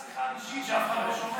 עכשיו זאת רק שיחה אישית שאף אחד לא שומע.